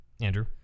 Andrew